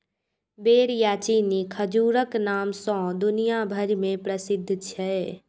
बेर या चीनी खजूरक नाम सं दुनिया भरि मे प्रसिद्ध छै